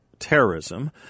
terrorism